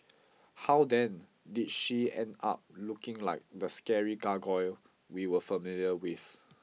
how then did she end up looking like the scary gargoyle we were familiar with